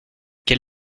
quel